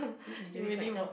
which literary character